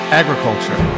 agriculture